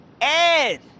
Ed